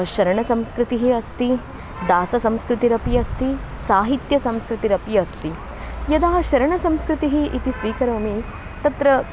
शरणसंस्कृतिः अस्ति दाससंस्कृतिरपि अस्ति साहित्यसंस्कृतिरपि अस्ति यदा शरणसंस्कृतिः इति स्वीकरोमि तत्र